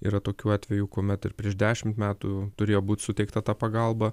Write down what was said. yra tokių atvejų kuomet ir prieš dešimt metų turėjo būt suteikta ta pagalba